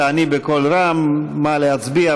תעני בקול, רם מה להצביע,